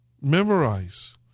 memorize